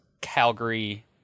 Calgary